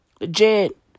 Legit